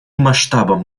масштабам